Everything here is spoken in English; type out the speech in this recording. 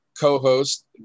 co-host